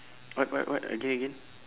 what what what again again